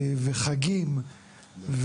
חגים,